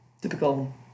typical